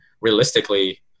realistically